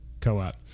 co-op